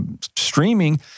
streaming